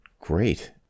great